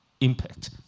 impact